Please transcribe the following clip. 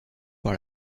par